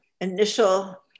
initial